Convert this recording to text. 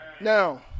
Now